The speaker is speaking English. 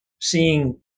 seeing